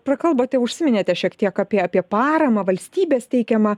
prakalbote užsiminėte šiek tiek apie apie paramą valstybės teikiamą